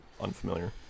unfamiliar